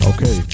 Okay